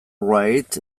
wright